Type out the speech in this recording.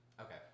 Okay